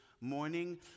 morning